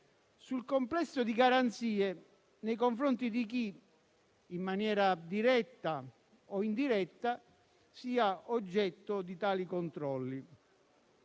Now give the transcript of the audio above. sul complesso di garanzie nei confronti di chi, in maniera diretta o indiretta, sia oggetto di tali controlli.